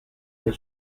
del